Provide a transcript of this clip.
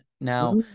now